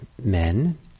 men